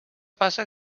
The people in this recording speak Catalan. passa